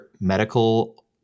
medical